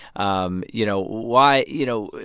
um you know, why you know,